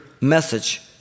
message